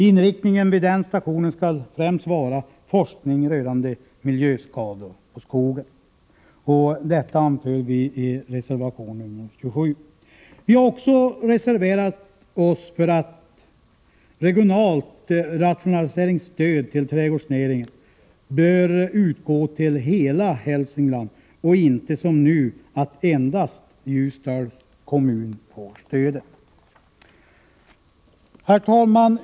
Inriktningen vid den stationen skall främst vara forskning rörande miljöskador på skogen. Detta anför vi i reservation 27. Vi har också reserverat oss för att regionalt rationaliseringsstöd till trädgårdsnäringen bör utgå till hela Hälsingland och inte som nu att endast Ljusdals kommun får stödet. Herr talman!